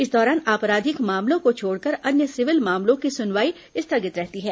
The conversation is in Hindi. इस दौरान आपराधिक मामलों को छोड़कर अन्य सिविल मामलों की सुनवाई स्थगित रहती है